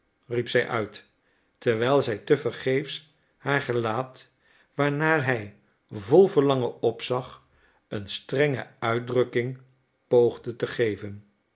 riep zij uit terwijl zij te vergeefs haar gelaat waarnaar hij vol verlangen opzag een strenge uitdrukking poogde te geven